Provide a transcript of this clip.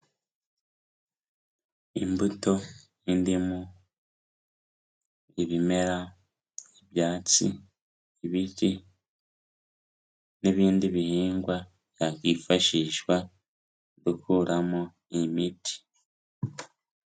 Imbuto nk'indimu, ibimera, ibyatsi, ibiti n'ibindi bihingwa byakwifashishwa gukuramo imiti.